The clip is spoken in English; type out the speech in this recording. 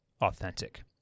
authentic